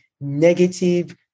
negative